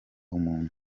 umuntu